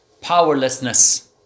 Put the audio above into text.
Powerlessness